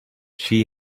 she